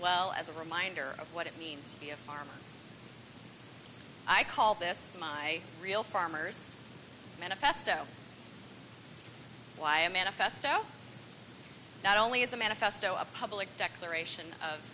well as a reminder of what it means to be a farmer i call this my real farmer's manifesto why a manifesto not only is a manifesto a public declaration of